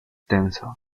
tenso